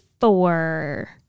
four